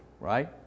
right